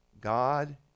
God